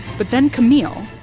but then camille,